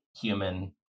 human